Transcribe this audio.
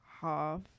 half